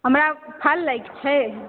हमरा फल लैके छै